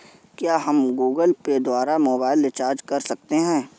क्या हम Google Pay द्वारा मोबाइल रिचार्ज कर सकते हैं?